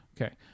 Okay